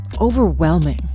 overwhelming